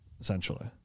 essentially